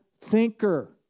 thinker